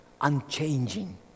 unchanging